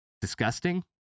disgusting